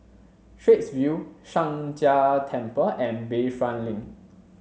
Straits View Sheng Jia Temple and Bayfront Link